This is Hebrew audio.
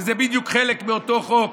וזה בדיוק חלק מאותו חוק.